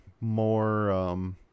more